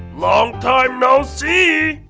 long time no see!